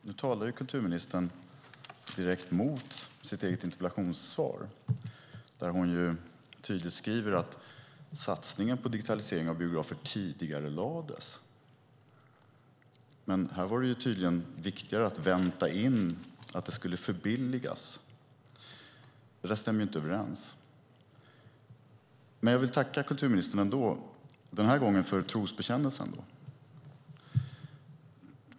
Fru talman! Kulturministern motsäger sitt eget interpellationssvar. Där säger hon att satsningen på digitaliseringen av biografer tidigarelades, men nu var det tydligen viktigare att vänta in att det skulle förbilligas. Det stämmer inte överens. Jag vill dock tacka kulturministern för trosbekännelsen.